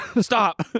Stop